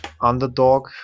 underdog